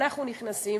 אנחנו נכנסים,